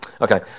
Okay